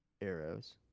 arrows